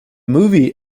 movie